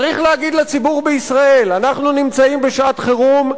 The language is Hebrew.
צריך להגיד לציבור בישראל: אנחנו נמצאים בשעת חירום,